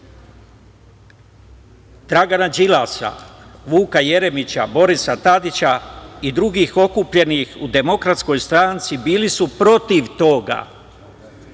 Dragan Đilas, Vuk Jeremić, Boris Tadić i drugih okupljenih u Demokratskoj stranci, bili su protiv toga,